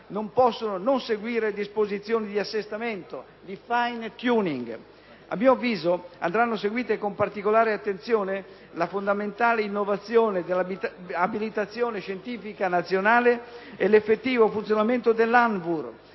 non possono non seguire disposizioni di assestamento, di "*f**ine tuning*". A mio avviso andranno seguite con particolare attenzione la fondamentale innovazione dell'abilitazione scientifica nazionale e l'effettivo funzionamento dell'ANVUR,